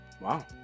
Wow